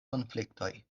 konfliktoj